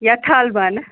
یا تھل بانہٕ